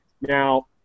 Now